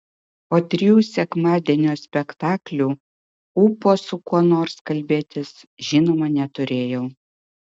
po trijų sekmadienio spektaklių ūpo su kuo nors kalbėtis žinoma neturėjau